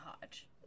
Hodge